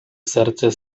serce